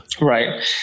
Right